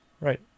Right